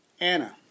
Anna